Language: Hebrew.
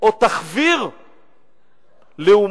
עוד תחוויר לעומת